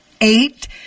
eight